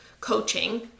coaching